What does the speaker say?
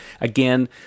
again